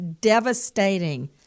devastating